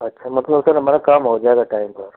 अच्छा मतलब वही कहे रहें हमारा काम हो जाएगा टाइम पर